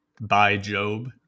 By-Job